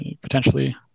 potentially